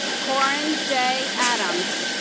coran j. adams